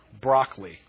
Broccoli